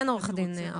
עורך הדין האוזנר, בבקשה.